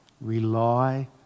rely